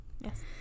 yes